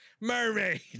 mermaid